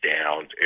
down